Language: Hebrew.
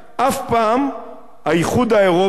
אף פעם האיחוד האירופי,